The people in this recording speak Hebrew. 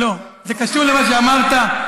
זה קשור למה שאמרת,